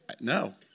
no